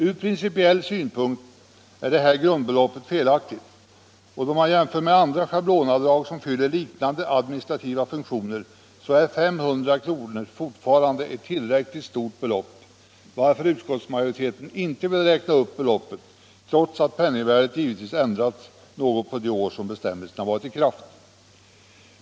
Ur principiell synpunkt är detta grundbelopp felaktigt, och då man om man jämför med andra schablonavdrag som fyller liknande administrativa funktioner, så är 500 kr. fortfarande ett tillräckligt stort belopp, varför utskottsmajoriteten inte vill räkna upp beloppet trots att penningvärdet givetvis ändrats något på de år som bestämmelserna varit i kraft.